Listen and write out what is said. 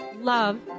Love